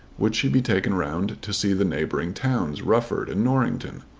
would she be taken round to see the neighbouring towns, rufford and norrington?